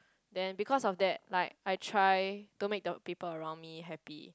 then because of that like I try to make the people around me happy